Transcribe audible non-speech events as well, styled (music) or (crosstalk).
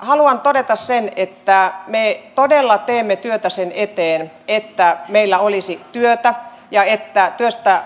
haluan todeta sen että me todella teemme työtä sen eteen että meillä olisi työtä ja että työstä (unintelligible)